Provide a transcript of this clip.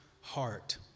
heart